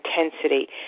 intensity